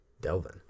Delvin